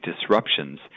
disruptions